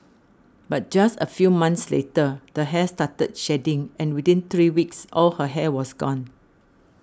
but just a few months later the hair started shedding and within three weeks all her hair was gone